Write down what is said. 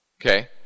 Okay